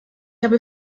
habe